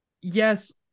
yes